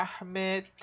Ahmed